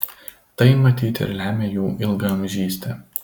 tai matyt ir lemia jų ilgaamžystę